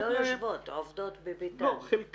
לא יושבות, עובדות בביתן.